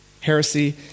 Heresy